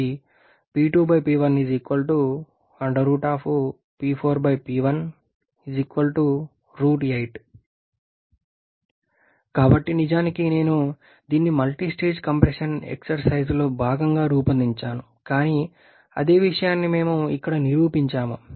ఇది కాబట్టి నిజానికి నేను దీన్ని మల్టీస్టేజ్ కంప్రెషన్ ఎక్సర్సైజ్లో భాగంగా రూపొందించాను కానీ అదే విషయాన్ని మేము ఇక్కడ నిరూపించాము